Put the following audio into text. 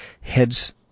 heads